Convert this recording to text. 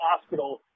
hospital